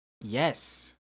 Yes